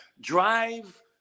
drive